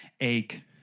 ache